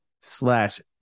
slash